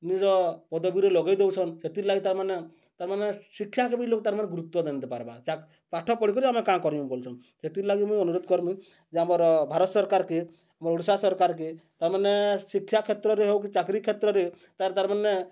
ନିଜ ପଦବୀରେ ଲଗେଇ ଦଉଛନ୍ ସେଥିର୍ ଲାଗି ତାର୍ମାନେ ତାମାନେ ଶିକ୍ଷାକେ ବି ଲୋକ ତାର୍ମାନେ ଗୁରୁତ୍ୱ ନାଇ ଦେଇପାର୍ବା ପାଠ ପଢ଼ିକରି ଆମେ କାଁ କର୍ମୁ ବଲୁଚନ୍ ସେଥିର୍ ଲାଗି ମୁଇଁ ଅନୁରୋଧ୍ କର୍ମି ଯେ ଆମର ଭାରତ୍ ସର୍କାର୍କେ ଆମର୍ ଓଡ଼ିଶା ସର୍କାର୍କେ ତାର୍ମାନେ ଶିକ୍ଷା କ୍ଷେତ୍ରରେ ହଉ କି ଚାକିରୀ କ୍ଷେତ୍ରରେ ତାର୍ ତାର୍ମାନେ